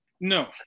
No